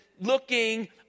looking